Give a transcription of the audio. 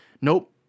Nope